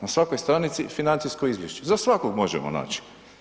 Na svakoj stranici financijsko izvješće za svakog možemo naći.